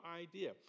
idea